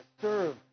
serve